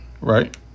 Right